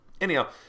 anyhow